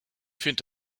finde